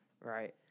Right